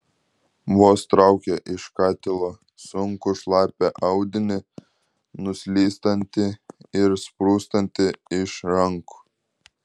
vos traukė iš katilo sunkų šlapią audinį nuslystantį ir sprūstantį iš rankų